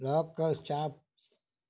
local shops